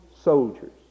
soldiers